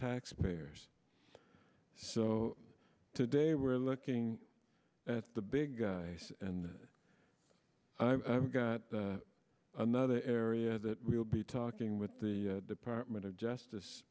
taxpayers so today we're looking at the big guys and i've got another area that we'll be talking with the department of justice